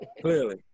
Clearly